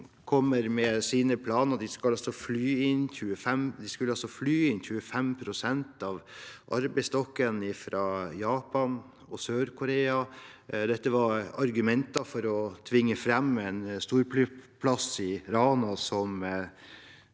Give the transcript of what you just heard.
kom med sine planer. De skulle fly inn 25 pst. av arbeidsstokken fra Japan og SørKorea. Dette var argumenter for å tvinge fram en storflyplass i Rana som